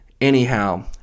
anyhow